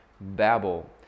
Babel